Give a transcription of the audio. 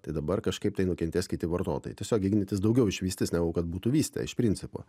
tai dabar kažkaip tai nukentės kiti vartotojai tiesiog ignitis daugiau išvystys negu kad būtų vystę iš principo